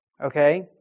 okay